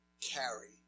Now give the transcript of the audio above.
carry